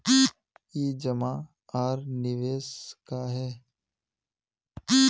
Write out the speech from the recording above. ई जमा आर निवेश का है?